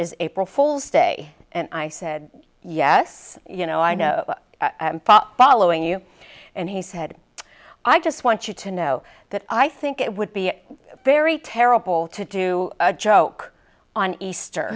is april fool's day and i said yes you know i know following you and he said i just want you to know that i think it would be very terrible to do a joke on easter